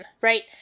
Right